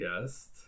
guest